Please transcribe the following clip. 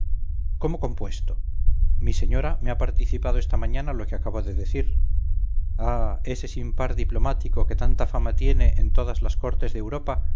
cómo compuesto mi señora me ha participado esta mañana lo que acabo de decir ah ese sin par diplomático que tanta fama tiene en todas las cortes de europa